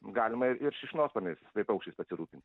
galima ir ir šikšnosparniais kaip paukščiais pasirūpinti